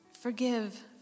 forgive